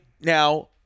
now